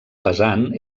pesant